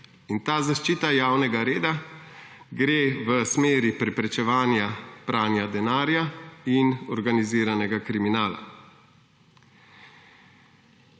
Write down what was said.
a zaščita javnega reda gre v smeri preprečevanja pranja denarja in organiziranega kriminala.